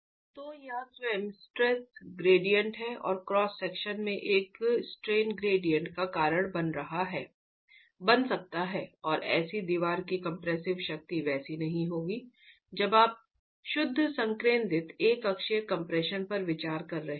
तो यह स्वयं स्ट्रेस ग्रेडिएंट और क्रॉस सेक्शन में एक स्ट्रेन ग्रेडिएंट का कारण बन सकता है और ऐसी दीवार की कंप्रेसिव शक्ति वैसी नहीं होगी जब आप शुद्ध संकेंद्रित एकअक्षीय कम्प्रेशन पर विचार कर रहे हो